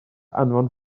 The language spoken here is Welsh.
anfon